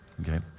Okay